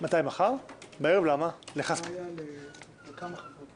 בערב לכמה חברי